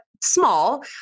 small